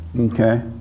Okay